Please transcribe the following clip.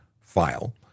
file